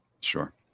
Sure